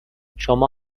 شما